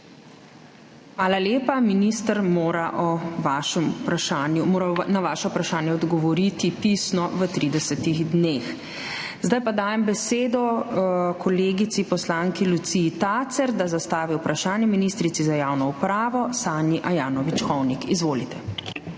Hvala lepa. Minister mora na vaša vprašanja odgovoriti pisno v 30 dneh. Zdaj pa dajem besedo kolegici poslanki Luciji Tacer, da zastavi vprašanje ministrici za javno upravo Sanji Ajanović Hovnik. Izvolite.